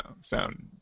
sound